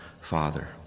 Father